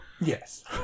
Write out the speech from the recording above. Yes